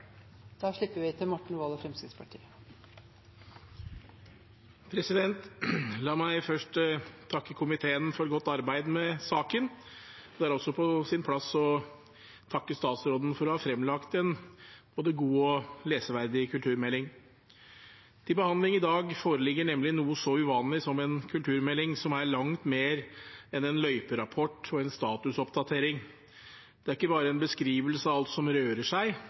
de forslagene hun refererte til. La meg først takke komiteen for godt arbeid med saken. Det er også på sin plass å takke statsråden for å ha fremlagt en både god og leseverdig kulturmelding. Til behandling i dag foreligger nemlig noe så uvanlig som en kulturmelding som er langt mer enn en løyperapport og en statusoppdatering. Den er ikke bare en beskrivelse av alt som rører seg